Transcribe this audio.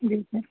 बिल्कुल